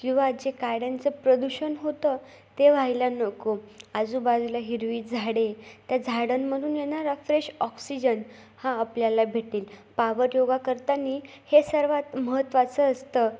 किंवा जे गाड्यांचं प्रदूषण होतं ते व्हायला नको आजूबाजूला हिरवी झाडे त्या झाडांमधून येणारा फ्रेश ऑक्सिजन हा आपल्याला भेटेल पावर योगा करताना हे सर्वात महत्त्वाचं असतं